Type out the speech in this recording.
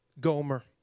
Gomer